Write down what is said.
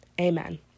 Amen